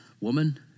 Woman